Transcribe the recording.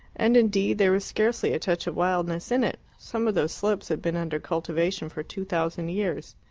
and, indeed, there was scarcely a touch of wildness in it some of those slopes had been under cultivation for two thousand years.